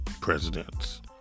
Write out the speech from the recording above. presidents